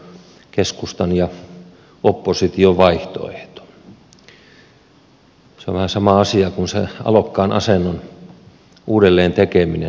se on vähän sama asia kuin se alokkaan asennon uudelleen tekeminen